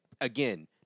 again